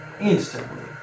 instantly